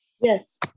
Yes